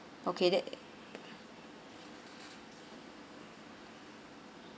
okay that